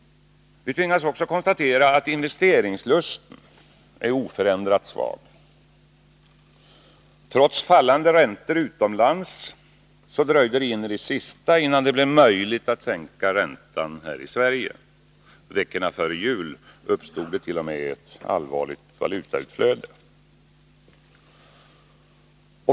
Vi tvingas också konstatera att investeringslusten är oförändrat svag. Trots fallande räntor utomlands dröjde det in i det sista, innan det blev möjligt att sänka räntan här i Sverige. Veckorna före jul uppstod det t.o.m. ett allvarligt valutautflöde.